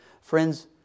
Friends